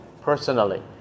personally